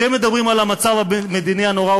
אתם מדברים על המצב המדיני הנורא,